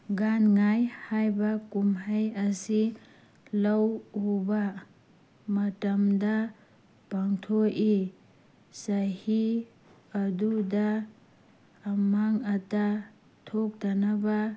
ꯒꯥꯟ ꯉꯥꯏ ꯍꯥꯏꯕ ꯀꯨꯝꯍꯩ ꯑꯁꯤ ꯂꯧ ꯎꯕ ꯃꯇꯝꯗ ꯄꯥꯡꯊꯣꯛꯏ ꯆꯍꯤ ꯑꯗꯨꯗ ꯑꯃꯥꯡ ꯑꯇꯥ ꯊꯣꯛꯇꯅꯕ